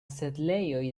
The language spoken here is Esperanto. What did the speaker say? setlejoj